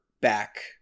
back